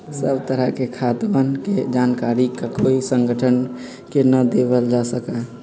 सब तरह के खातवन के जानकारी ककोई संगठन के ना देवल जा सका हई